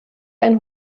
ein